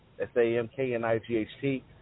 s-a-m-k-n-i-g-h-t